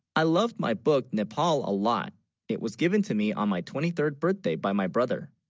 i loved my, book nepal a lot it was given to me on my twenty third. birthday, by, my brother